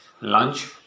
lunch